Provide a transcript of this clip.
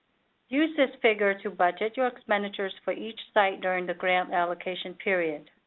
use this figure to budget your expenditures for each site during the grant allocation period.